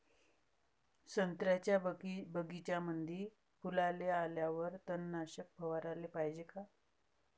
संत्र्याच्या बगीच्यामंदी फुलाले आल्यावर तननाशक फवाराले पायजे का?